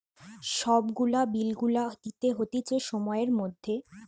সব গুলা বিল গুলা দিতে হতিছে সময়ের মধ্যে